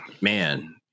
Man